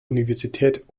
universität